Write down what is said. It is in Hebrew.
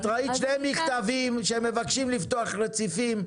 את ראית שני מכתבים שהם מבקשים לפתוח רציפים.